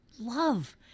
love